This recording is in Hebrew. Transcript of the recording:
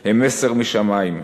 הן מסר משמים.